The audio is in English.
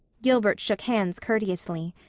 gilbert shook hands courteously.